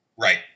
right